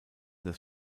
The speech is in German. das